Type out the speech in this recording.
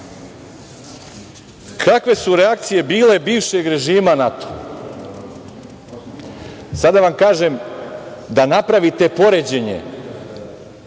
Kakve su reakcije bile bivšeg režima na to? Sada vam kažem da napravite poređenje